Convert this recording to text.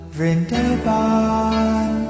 Vrindavan